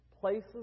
places